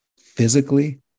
physically